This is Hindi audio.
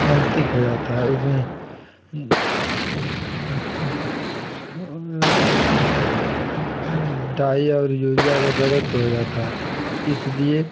हो जाता है उसमें डाई और यूरिया का जड़त्व हो जाता है इसलिए